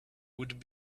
would